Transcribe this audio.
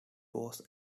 was